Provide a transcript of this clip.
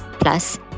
Plus